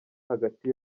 hagati